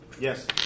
Yes